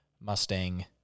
Mustang